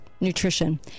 nutrition